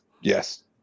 Yes